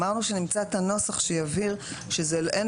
אמרנו שנמצא את הנוסח שיבהיר שאין